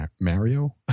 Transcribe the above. Mario